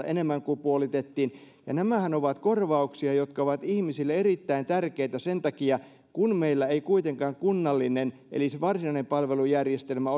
enemmän kuin puolitettiin ja nämähän ovat korvauksia jotka ovat ihmisille erittäin tärkeitä sen takia että meillä ei kuitenkaan kunnallinen eli se varsinainen palvelujärjestelmä